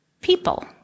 people